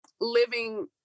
living